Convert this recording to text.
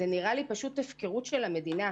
זה נראה לי פשוט הפקרות של המדינה.